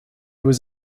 was